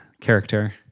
character